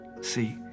See